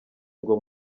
ngo